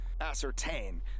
ascertain